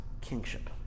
kingship